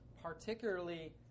particularly